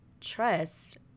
trust